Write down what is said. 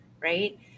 Right